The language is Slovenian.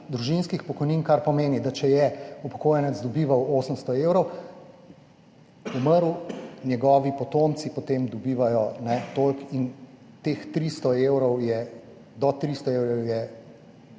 družinskih pokojnin, kar pomeni, da če je upokojenec dobival 800 evrov, umrl, njegovi potomci potem dobivajo toliko in do 300 evrov je ta del. Ne